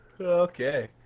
Okay